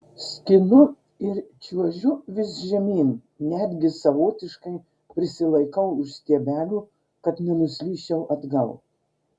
skinu ir čiuožiu vis žemyn netgi savotiškai prisilaikau už stiebelių kad nenuslysčiau atgal